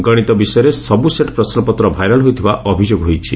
ଗଶିତ ବିଷୟର ସବୁ ସେଟ୍ ପ୍ରଶ୍ୱପତ୍ର ଭାଇରାଲ୍ ହୋଇଥିବା ଅଭିଯୋଗ ହୋଇଛି